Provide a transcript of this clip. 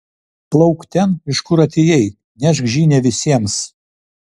plauk ten iš kur atėjai nešk žinią visiems